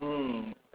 mm